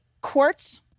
quartz